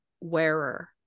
wearer